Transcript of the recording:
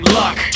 luck